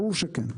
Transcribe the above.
ברור שכן.